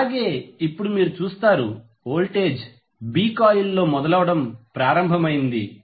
అలాగే ఇప్పుడు మీరు చూస్తారు వోల్టేజ్ B కాయిల్లో మొదలవడం ప్రారంభమైంది